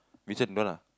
Vincent don't want ah